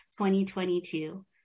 2022